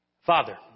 Father